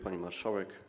Pani Marszałek!